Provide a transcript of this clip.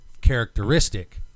characteristic